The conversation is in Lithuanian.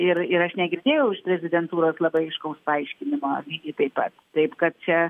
ir ir aš negirdėjau iš prezidentūros labai aiškaus paaiškinimo lygiai taip pat taip kad čia